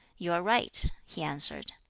you are right, he answered.